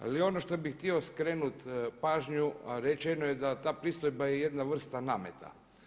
Ali ono što bih htio skrenut pažnju a rečeno je da ta pristojba je jedna vrsta nameta.